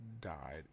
died